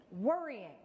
worrying